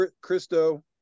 Christo